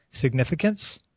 significance